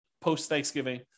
post-Thanksgiving